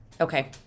okay